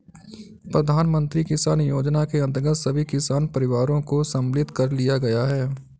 प्रधानमंत्री किसान योजना के अंतर्गत सभी किसान परिवारों को सम्मिलित कर लिया गया है